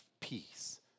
peace